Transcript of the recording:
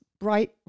bright